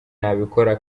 nabikora